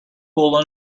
pool